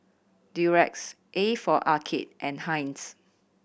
Durex A for Arcade and Heinz